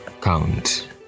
count